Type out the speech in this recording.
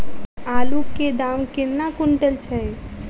आलु केँ दाम केना कुनटल छैय?